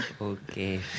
Okay